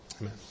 Amen